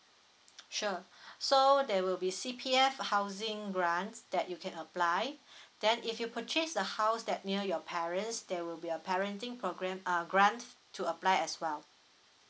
sure so there will be C_P_F housing grant that you can apply then if you purchase a house that near your parents there will be a parenting program uh grant to apply as well